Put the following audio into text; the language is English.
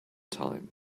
time